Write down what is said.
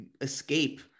escape